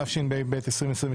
התשפ"ב-2022,